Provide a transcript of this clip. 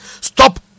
stop